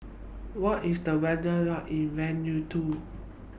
What IS The weather like in Vanuatu